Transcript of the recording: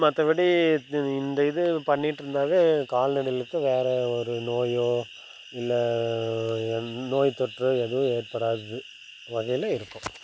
மற்றபடி இந்த இது பண்ணிகிட்ருந்தாவே கால்நடைகளுக்கு வேறு ஒரு நோயோ இல்லை நோய் தொற்றோ எதுவும் ஏற்படாது வகையில் இருக்கும்